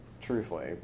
truthfully